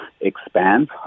expand